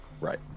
right